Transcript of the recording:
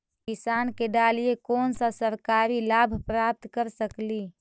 किसान के डालीय कोन सा सरकरी लाभ प्राप्त कर सकली?